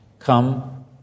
Come